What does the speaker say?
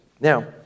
Now